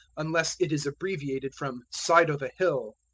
unless it is abbreviated from side o' the hill.